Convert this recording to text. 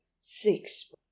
six